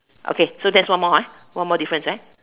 okay so that's one more ah one more difference eh